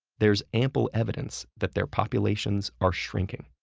there's ample evidence that their populations are shrinking.